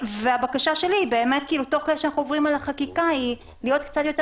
הבקשה שלי היא תוך כדי שאנחנו עוברים על החקיקה - להיות קצת יותר